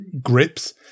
grips